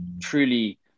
truly